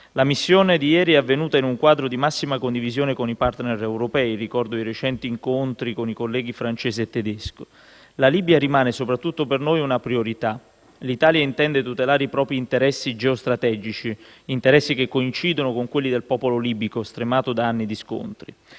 La missione di ieri è avvenuta in un quadro di massima condivisione con i *partner* europei: ricordo i recenti incontri con i colleghi francese e tedesco. La Libia rimane, soprattutto per noi, una priorità. L'Italia intende tutelare i propri interessi geostrategici, che coincidono con quelli del popolo libico, stremato da anni di scontri.